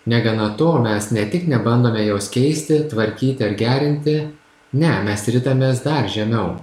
negana to mes ne tik nebandome jos keisti tvarkyti ar gerinti ne mes ritamės dar žinau